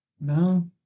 No